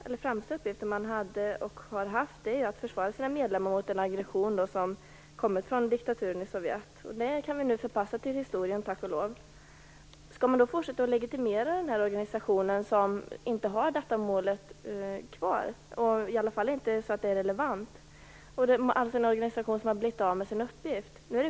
Den främsta uppgift som man har haft har varit att försvara sina medlemmar mot aggressionen från diktaturen i Sovjet. Den kan vi tack och lov förpassa till historien. Skall man fortsätta att legitimera en organisation som inte längre har detta mål, i varje fall inte på ett relevant sätt?